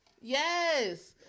Yes